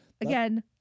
again